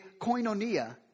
koinonia